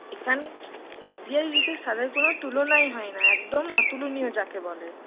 এখানে নদীয়ার ইলিশের স্বাদের কোনো তুলনাই হয় না একদম অতুলনীয় যাকে বলে